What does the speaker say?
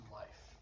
life